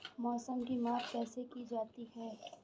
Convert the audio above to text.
मौसम की माप कैसे की जाती है?